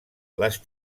les